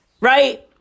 Right